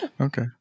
okay